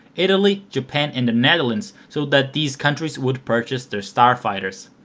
italy, japan and the netherlands so that these countries would purchase the starfighters.